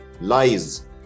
lies